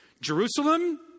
Jerusalem